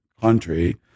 country